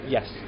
Yes